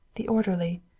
the orderly.